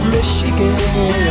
Michigan